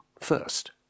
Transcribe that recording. first